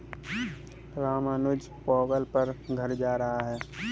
रामानुज पोंगल पर घर जा रहा है